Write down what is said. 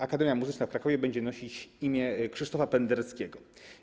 Akademia Muzyczna w Krakowie będzie nosić imię Krzysztofa Pendereckiego.